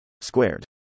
Squared